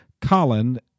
Colin